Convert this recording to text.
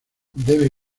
debe